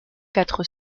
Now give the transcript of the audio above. quatre